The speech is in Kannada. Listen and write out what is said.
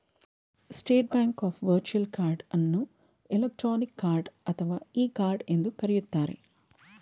state bank of virtual card ಅನ್ನು ಎಲೆಕ್ಟ್ರಾನಿಕ್ ಕಾರ್ಡ್ ಅಥವಾ ಇ ಕಾರ್ಡ್ ಎಂದು ಕರೆಯುತ್ತಾರೆ